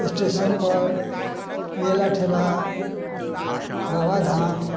station पर मेला ठेला बाबा धाम